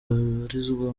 babarizwa